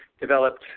developed